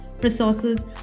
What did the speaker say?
resources